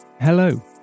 Hello